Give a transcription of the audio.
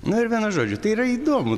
na ir vienu žodžiu tai yra įdomu